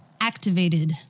activated